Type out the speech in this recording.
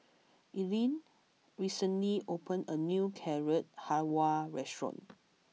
Ilene recently opened a new Carrot Halwa restaurant